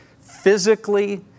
physically